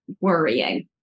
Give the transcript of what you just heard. worrying